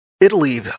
Italy